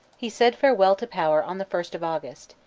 he said farewell to power on the first of august,